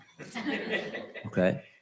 okay